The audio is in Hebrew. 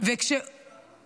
לא אכפת לכם.